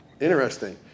Interesting